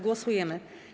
Głosujemy.